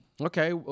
okay